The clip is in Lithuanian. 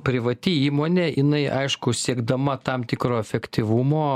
privati įmonė jinai aišku siekdama tam tikro efektyvumo